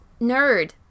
nerd